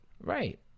Right